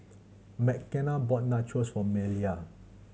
Mckenna bought Nachos for Maleah